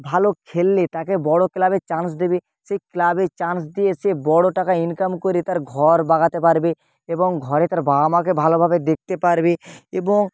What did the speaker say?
ভালো খেললে তাকে বড় ক্লাবে চান্স দেবে সে ক্লাবে চান্স দিয়ে সে বড় টাকা ইনকাম করে তার ঘর বাগাতে পারবে এবং ঘরে তার বাবা মাকে ভালোভাবে দেখতে পারবে এবং